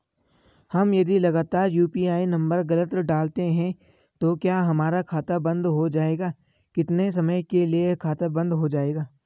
हम यदि लगातार यु.पी.आई नम्बर गलत डालते हैं तो क्या हमारा खाता बन्द हो जाएगा कितने समय के लिए खाता बन्द हो जाएगा?